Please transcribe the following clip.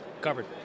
covered